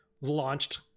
launched